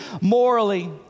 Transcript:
morally